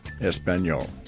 Espanol